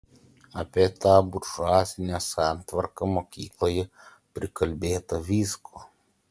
apie tą buržuazinę santvarką mokykloje prikalbėta visko